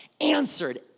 answered